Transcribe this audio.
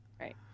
Right